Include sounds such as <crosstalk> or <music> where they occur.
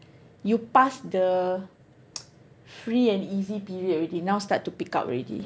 you passed the <noise> free and easy period already now start to pick up already